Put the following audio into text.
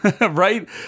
Right